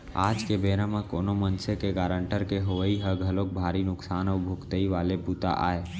आज के बेरा म कोनो मनसे के गारंटर के होवई ह घलोक भारी नुकसान अउ भुगतई वाले बूता आय